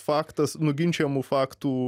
faktas nuginčijamų faktų